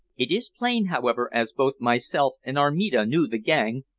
it is plain, however, as both myself and armida knew the gang,